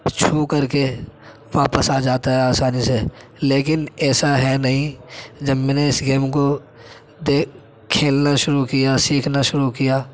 چھو کر کے واپس آ جاتا ہے آسانی سے لیکن ایسا ہے نہیں جب میں نے اس گیم کو دیکھ کھیلنا شروع کیا سیکھنا شروع کیا